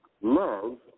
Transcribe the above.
Love